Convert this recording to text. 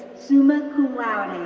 summa cum laude,